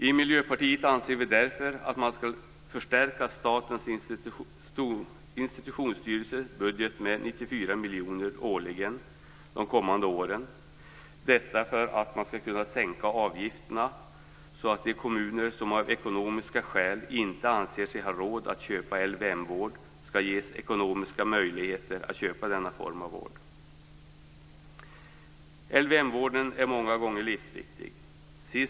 I Miljöpartiet anser vi därför att man skall förstärka Statens institutionsstyrelses budget med 94 miljoner årligen under de kommande åren - detta för att man skall kunna sänka avgifterna, så att de kommuner som inte anser sig ha råd att köpa LVM-vård skall ges ekonomiska möjligheter att göra det. LVM-vården är många gånger livsviktig för missbrukarna.